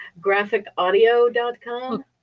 Graphicaudio.com